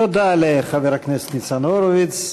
תודה לחבר הכנסת ניצן הורוביץ.